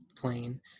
plane